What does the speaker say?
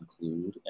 include